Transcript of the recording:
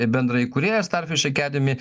bendraįkūrėjas starfiš akademy